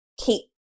keep